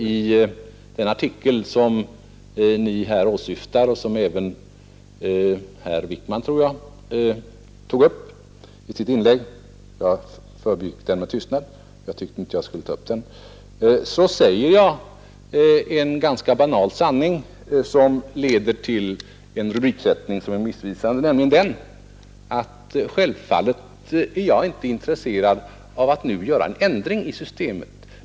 I den artikel som Ni åsyftar och som även herr Wijkman tog upp i sitt inlägg — jag förbigick den med tystnad, jag tyckte inte det var någonting att tala om — säger jag en ganska banal sanning, som leder till en missvisande rubriksättning, nämligen att jag självfallet inte är intresserad av att göra en ändring i systemet.